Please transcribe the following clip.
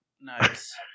Nice